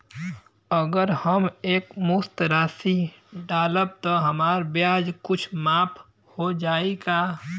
अगर हम एक मुस्त राशी डालब त हमार ब्याज कुछ माफ हो जायी का?